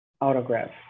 Autograph